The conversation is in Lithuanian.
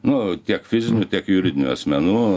nu tiek fizinių tiek juridinių asmenų